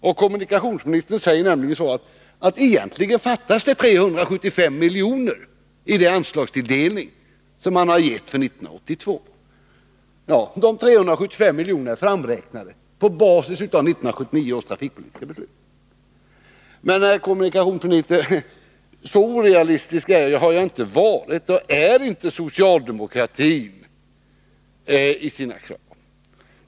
Det fattas egentligen, säger kommunikationsministern, 375 milj.kr. i den anslagstilldelning som man har fastställt för 1982. Dessa 375 milj.kr. är framräknade på basis av 1979 års trafikpolitiska beslut. Men, herr kommunikationsminister, så orealistisk har jag inte varit, och så orealistisk är inte socialdemokratin i sina krav.